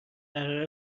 قرار